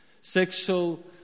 Sexual